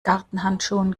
gartenhandschuhen